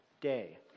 day